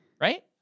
Right